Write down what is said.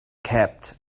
kept